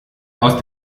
aus